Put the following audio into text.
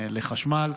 לחשמל.